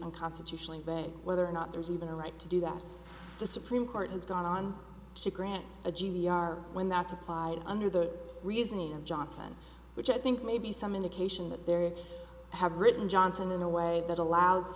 unconstitutionally by whether or not there is even a right to do that the supreme court has gone on to grant a g d r when that's applied under the reasoning of johnson which i think may be some indication that there have written johnson in a way that allows